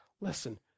Listen